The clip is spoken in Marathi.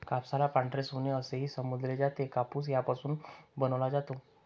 कापसाला पांढरे सोने असेही संबोधले जाते, कापूस यापासून बनवला जातो